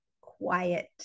quiet